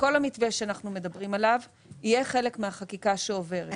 כל המתווה שאנחנו מדברים עליו יהיה חלק מהחקיקה שעוברת.